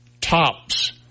tops